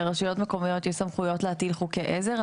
לרשויות מקומיות יש סמכויות להטיל חוקי עזר.